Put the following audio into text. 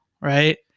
right